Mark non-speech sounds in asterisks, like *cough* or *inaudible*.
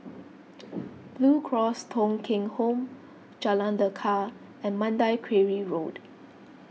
*noise* Blue Cross Thong Kheng Home Jalan Lekar and Mandai Quarry Road